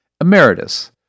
Emeritus